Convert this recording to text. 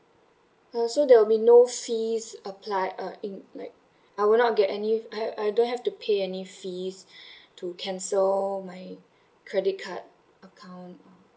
oh so there will be no fees applied uh in like I would not get any I I don't have to pay any fees to cancel my credit card account